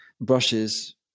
Brushes